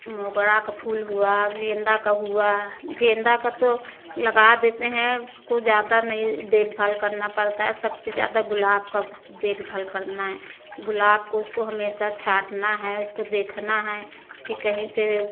मोगरा का फूल हुआ गेंदा का हुआ गेंदा का तो लगा देते हैं उसको ज़्यादा नहीं देखभाल करना पड़ता है सबसे ज़्यादा गुलाब का देखभाल करना है गुलाब को उसको हमेशा छाँटना है उसको देखना है कि कहीं से